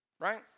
right